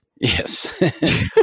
Yes